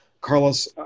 Carlos